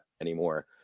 anymore